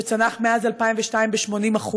שצנחו מאז 2002 ב-80%,